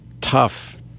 tough